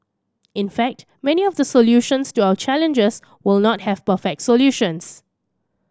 in fact many of the solutions to our challenges will not have perfect solutions